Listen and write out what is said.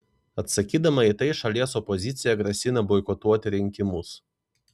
atsakydama į tai šalies opozicija grasina boikotuoti rinkimus